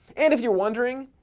and if you're wondering,